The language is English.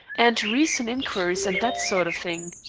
and recent inquiries, and that sort of thing?